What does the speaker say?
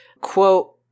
Quote